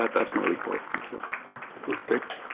but that's my report. thank you okay